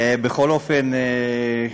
בכל אופן,